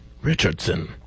Richardson